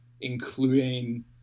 including